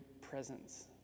presence